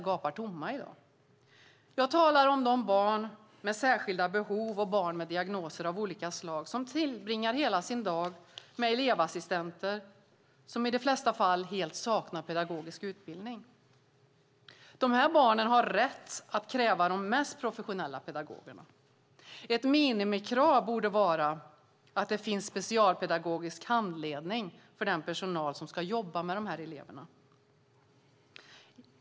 Jag talar om de barn med särskilda behov och barn med diagnoser av olika slag som tillbringar hela sin dag med elevassistenter som i de flesta fall helt saknar pedagogisk utbildning. Dessa barn har rätt att kräva de mest professionella pedagogerna. Ett minimikrav borde vara att det finns specialpedagogisk handledning för den personal som ska jobba med dessa elever.